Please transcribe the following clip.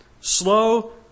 slow